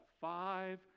five